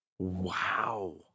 Wow